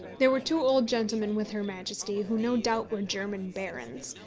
there were two old gentlemen with her majesty, who, no doubt, were german barons,